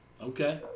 Okay